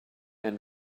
and